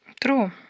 True